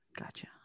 Gotcha